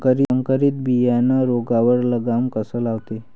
संकरीत बियानं रोगावर लगाम कसा लावते?